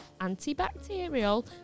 antibacterial